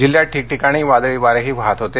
जिल्ह्यात ठिकठिकाणी वादळी वारेही वाहत होते